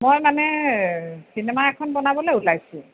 মই মানে চিনেমা এখন বনাবলৈ ওলাইছোঁ